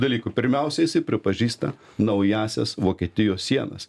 dalykų pirmiausia jisai pripažįsta naująsias vokietijos sienas